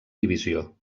divisió